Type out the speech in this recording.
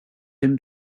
him